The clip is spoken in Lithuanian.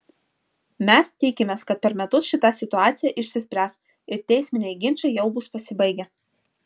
mes tikimės kad per metus šita situacija išsispręs ir teisminiai ginčai jau bus pasibaigę